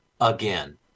again